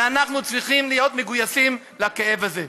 ואנחנו צריכים להיות מגויסים לכאב הזה.